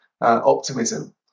optimism